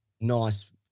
nice